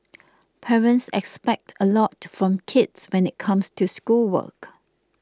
parents expect a lot from kids when it comes to schoolwork